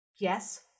Yes